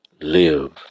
Live